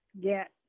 get